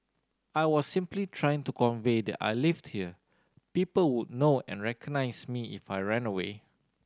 I was simply trying to convey that I lived here people would know and recognise me if I ran away